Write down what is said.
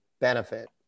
benefit